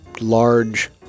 large